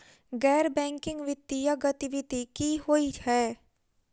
गैर बैंकिंग वित्तीय गतिविधि की होइ है?